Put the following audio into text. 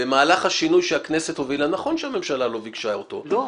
במהלך השינוי שהכנסת הובילה נכון שהממשלה לא ביקשה אותו --- לא,